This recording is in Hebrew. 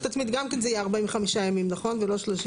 עצמית גם כן זה יהיה 45 ימים ולא 30 יום,